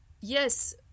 yes